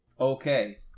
Okay